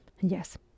Yes